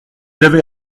avez